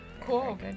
Cool